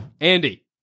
Andy